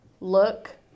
look